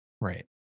right